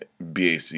BAC